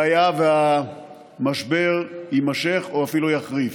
היה והמשבר יימשך או אפילו יחריף.